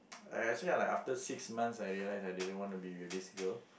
I actually I like after six months I realise I didn't want to be with this girl